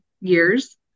years